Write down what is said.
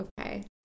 Okay